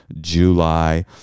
July